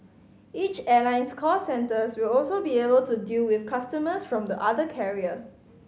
each airline's call centre will also be able to deal with customers from the other carrier